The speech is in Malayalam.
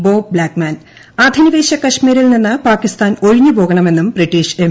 ബ്ലോബ് ബ്ലാക്മാൻ അധിനിവേശ ക്ശമീരിൽ നിന്ന് പ്രാകിസ്ഥാൻ ഒഴിഞ്ഞു പോകണമെന്നും ബ്രിട്ടീഷ് എം